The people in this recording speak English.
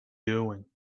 doing